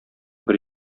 бер